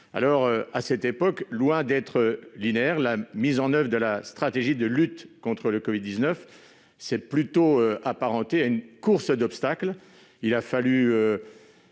crise. À cette époque, loin d'être linéaire, la mise en oeuvre de la stratégie de lutte contre le covid-19 s'est plutôt apparentée à une course d'obstacles. Il a fallu